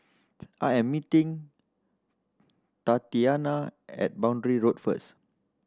I am meeting Tatiana at Boundary Road first